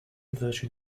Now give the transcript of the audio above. version